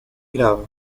grava